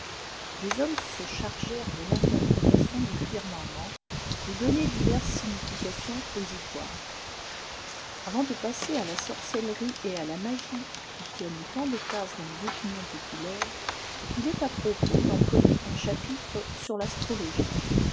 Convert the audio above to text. des hommes se chargèrent de l'interprétation du firmament de donner diverses significations aux étoiles avant de passer à la sorcellerie et à la magie qui tiennent tant de place dans les opinions populaires il est à propos d'employer un chapitre sur l'astrologie